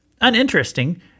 uninteresting